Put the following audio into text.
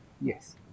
yes